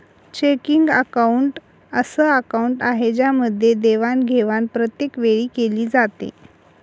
checking account अस account आहे ज्यामध्ये देवाणघेवाण प्रत्येक वेळी केली जाते